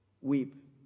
weep